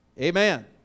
Amen